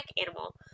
animal